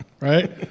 right